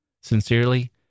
Sincerely